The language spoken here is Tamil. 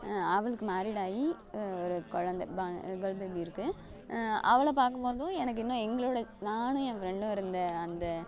அவளுக்கு மேரீட் ஆகி ஒரு குழந்த ப கேர்ள் பேபி இருக்குது அவளை பார்க்கும் போதும் எனக்கு இன்னும் எங்களோடய நானும் என் ஃப்ரெண்டும் இருந்த அந்த